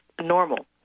normal